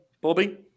bobby